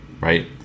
Right